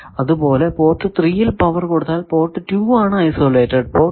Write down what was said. അതുപോലെ പോർട്ട് 3 ൽ പവർ കൊടുത്താൽ പോർട്ട് 2 ആണ് ഐസൊലേറ്റഡ് പോർട്ട്